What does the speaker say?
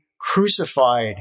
crucified